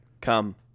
come